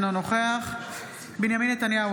אינו נוכח בנימין נתניהו,